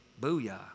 Booyah